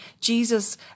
Jesus